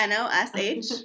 Nosh